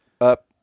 up